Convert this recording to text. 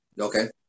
Okay